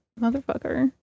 motherfucker